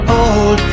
old